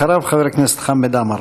אחריו, חבר הכנסת חמד עמאר.